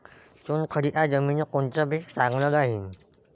चुनखडीच्या जमिनीत कोनचं पीक चांगलं राहीन?